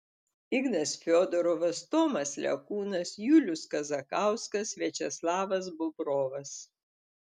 ignas fiodorovas tomas lekūnas julius kazakauskas viačeslavas bobrovas